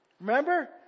Remember